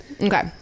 Okay